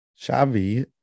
Xavi